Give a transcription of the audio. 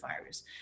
virus